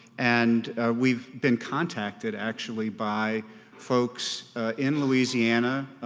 and we've been contacted actually by folks in louisiana,